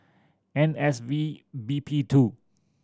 N S V B P two